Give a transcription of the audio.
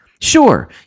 Sure